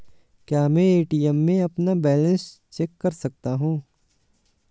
क्या मैं ए.टी.एम में अपना बैलेंस चेक कर सकता हूँ?